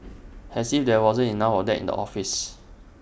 as if there wasn't enough of that in the office